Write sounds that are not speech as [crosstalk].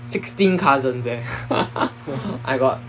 sixteen cousins eh [laughs] I got